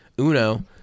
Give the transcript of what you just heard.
Uno